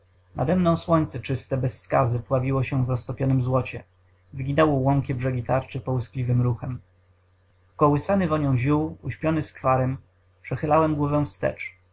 nademną słońce czyste bez skazy pławiło się w roztopionym złocie wyginało łomkie brzegi tarczy połyskliwym ruchem ukołysany wonią ziół uśpiony skwarem przechylałem głowę